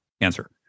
Answer